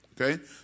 okay